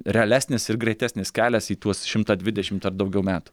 realesnis ir greitesnis kelias į tuos šimtą dvidešimt ar daugiau metų